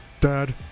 Dad